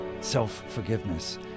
self-forgiveness